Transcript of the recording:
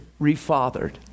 refathered